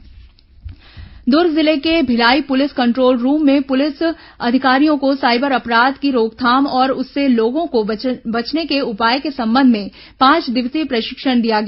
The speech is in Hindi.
साइबर जागरूकता दुर्ग जिले के भिलाई पुलिस कंट्रोल रूप में पुलिस अधिकारियों को साइबर अपराध की रोकथाम और उससे लोगों को बचने के उपाय के संबंध में पांच दिवसीय प्रशिक्षण दिया गया